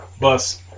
Bus